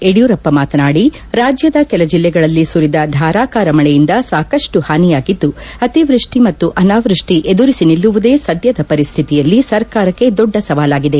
ಯಡಿಯೂರಪ್ಪ ಮಾತನಾಡಿ ರಾಜ್ಯದ ಕೆಲ ಜಿಲ್ಲೆಗಳಲ್ಲಿ ಸುರಿದ ಧಾರಾಕಾರ ಮಳೆಯಿಂದ ಸಾಕಷ್ಟು ಹಾನಿಯಾಗಿದ್ದು ಅತಿವೃಷ್ಟಿ ಮತ್ತು ಅನಾವೃಷ್ಟಿ ಎದುರಿಸಿ ನಿಲ್ಲುವುದೇ ಸದ್ಯದ ಪರಿಸ್ಥಿತಿಯಲ್ಲಿ ಸರ್ಕಾರಕ್ಕೆ ದೊಡ್ಡ ಸವಾಲಾಗಿದೆ